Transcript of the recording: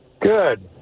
Good